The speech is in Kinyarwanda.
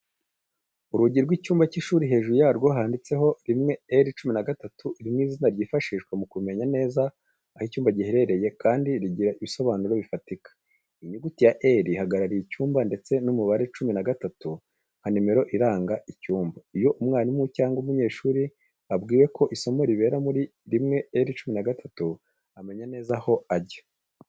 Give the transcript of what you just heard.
Urugi rw’icyumba cy’ishuri, hejuru yarwo handitseho 1R13 iri zina ryifashishwa mu kumenya neza aho icyumba giherereye, kandi rigira ibisobanuro bifatika. Iyi nyuguti ya R ihagarariye icyuma ndetse n'umubare cumi na gatatu nka nimero iranga icyuma. Iyo umwarimu cyangwa umunyeshuri abwiwe ko isomo ribera muri 1R13 amenya neza aho ajya.